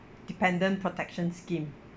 dependent protection scheme